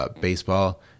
baseball